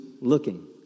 looking